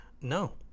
no